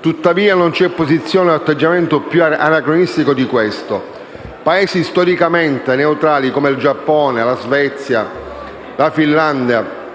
Tuttavia non c'è posizione o atteggiamento più anacronistico di questo. Paesi storicamente neutrali, come il Giappone, la Svezia e la Finlandia,